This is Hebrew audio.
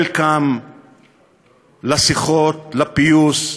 welcome לשיחות, לפיוס,